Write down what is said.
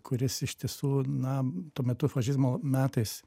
kuris iš tiesų na tuo metu fašizmo metais